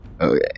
Okay